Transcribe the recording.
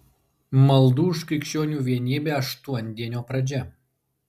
maldų už krikščionių vienybę aštuondienio pradžia